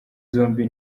zombi